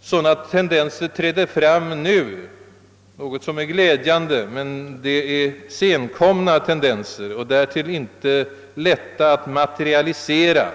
Sådana tendenser träder fram nu — något som är glädjande — men det är dock t. v. tendenser, som därtill är senkomna och inte är lätta att materialisera.